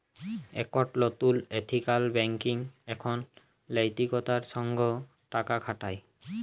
একট লতুল ethical banking এখন লৈতিকতার সঙ্গ টাকা খাটায়